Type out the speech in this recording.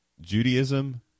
Judaism